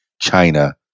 China